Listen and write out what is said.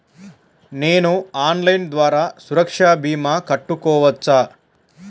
నేను ఆన్లైన్ ద్వారా సురక్ష భీమా కట్టుకోవచ్చా?